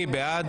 מי בעד?